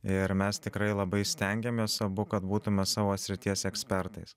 ir mes tikrai labai stengėmės abu kad būtumėme savo srities ekspertais